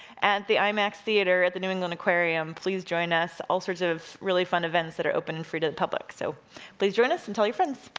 and the imax theater at the new england aquarium, please join us. all sorts of really fun events that are open and free to the public. so please join us and tell your friends.